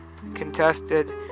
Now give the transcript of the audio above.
Contested